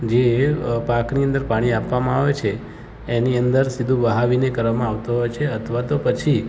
જે પાકની અંદર પાણી આપવામાં આવે છે એની અંદર સીધું વહાવીને કરવામાં આવતો હોય છે અથવા તો પછી